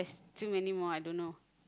too many more I dunno